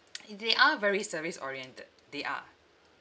they are very service oriented they are